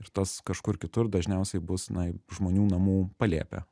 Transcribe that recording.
ir tas kažkur kitur dažniausiai bus na žmonių namų palėpė